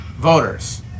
voters